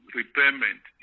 repayment